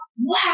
wow